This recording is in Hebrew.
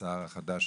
השר החדש,